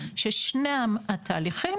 ששני התהליכים,